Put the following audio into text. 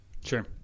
Sure